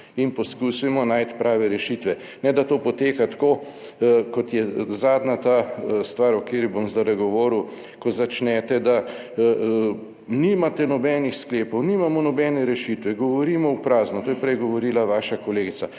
in poskusimo najti prave rešitve, ne da to poteka tako kot je zadnja ta stvar o kateri bom zdajle govoril, ko začnete, da nimate nobenih sklepov, nimamo nobene rešitve, govorimo v prazno, to je prej govorila vaša kolegica.